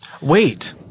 Wait